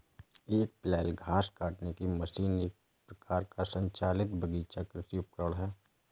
एक फ्लैल घास काटने की मशीन एक प्रकार का संचालित बगीचा कृषि उपकरण है